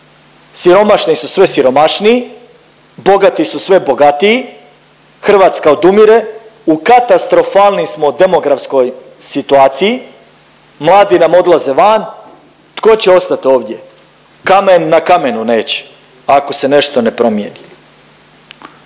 Siromašni su sve siromašniji, bogati su sve bogatiji, Hrvatska odumire, u katastrofalnim smo demografskoj situaciji, mladi nam odlaze van, tko će ostat ovdje. Kamen na kamenu neće ako se nešto ne promijeni.